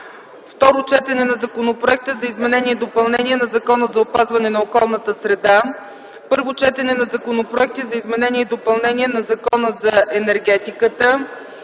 Второ четене на Законопроект за изменение и допълнение на Закона за опазване на околната среда. Първо четене на законопроекти за изменение и допълнение на Закона за енергетиката.